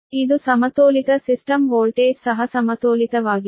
ಇದು ಸಮತೋಲಿತ system voltage ಸಹ ಸಮತೋಲಿತವಾಗಿದೆ